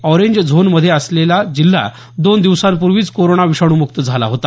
orange झोनमध्ये असलेला जिल्हा दोन दिवसांपूर्वीच कोरोना विषाणूमुक्त झाला होता